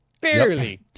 barely